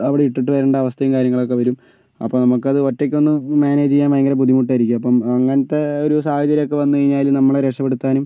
അവിടെ ഇട്ടിട്ട് വരേണ്ട അവസ്ഥയും കാര്യങ്ങളുമൊക്കെ വരും അപ്പോൾ നമുക്ക് അത് ഒറ്റയ്ക്ക് ഒന്നും മാനേജ് ചെയ്യാൻ ഭയങ്കര ബുദ്ധിമുട്ട് ആയിരിക്കും അപ്പം അങ്ങനത്തെ ഒരു സാഹചര്യം വന്ന് കഴിഞ്ഞാല് നമ്മളെ രക്ഷപ്പെടുത്താനും